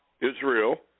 Israel